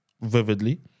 vividly